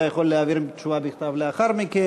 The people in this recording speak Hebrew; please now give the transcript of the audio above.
אתה יכול להעביר תשובה בכתב לאחר מכן,